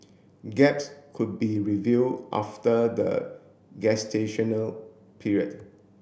gaps could be reviewed after the gestational period